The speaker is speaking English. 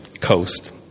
coast